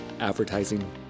advertising